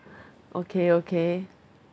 okay okay